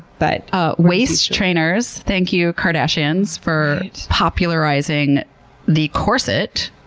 but ah waist trainers. thank you, kardashians, for popularizing the corset.